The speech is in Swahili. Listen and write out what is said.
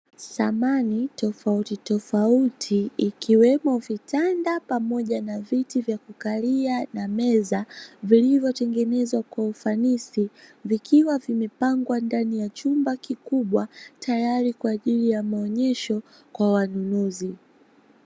Samani tofauti tofauti, ikiweno vitanda pamoja na viti vya kukalia na meza vilivyo tengenezwa kwa ufanisi vikiwa vimepangwa ndani ya chumba kikubwa, tayari kwa ajili ya maonyesho kwa wanunuzi.